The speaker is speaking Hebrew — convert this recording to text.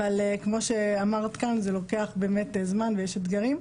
אבל כמו שאמרת כאן, זה לוקח באמת זמן ויש אתגרים.